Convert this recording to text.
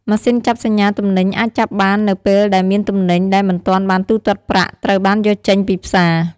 ម៉ាស៊ីនចាប់សញ្ញាទំនិញអាចចាប់បាននៅពេលដែលមានទំនិញដែលមិនទាន់បានទូទាត់ប្រាក់ ត្រូវបានយកចេញពីផ្សារ។